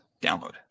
download